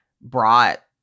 brought